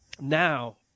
Now